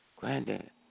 Granddad